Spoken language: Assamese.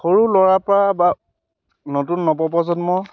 সৰু ল'ৰাৰপৰা বা নতুন নৱপ্ৰজন্ম